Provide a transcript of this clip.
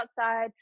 outside